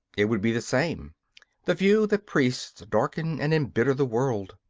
it would be the same the view that priests darken and embitter the world.